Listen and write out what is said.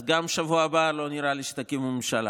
אז גם בשבוע הבא לא נראה לי שתקימו ממשלה.